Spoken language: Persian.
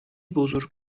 بزرگ